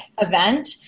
event